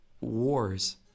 wars